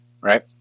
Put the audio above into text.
Right